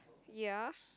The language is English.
ya